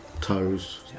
toes